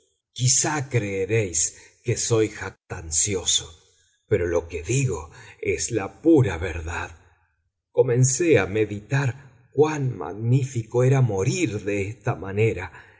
quizá creeréis que soy jactancioso pero lo que digo es la pura verdad comencé a meditar cuán magnífico era morir de esta manera